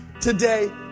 today